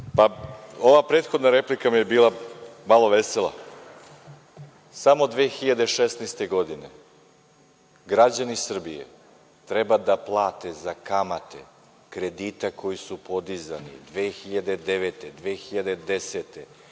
Ova prethodna replika mi je bila malo vesela. Samo 2016. godine građani Srbije treba da plate za kamate kredita koji su podizani 2009, 2010,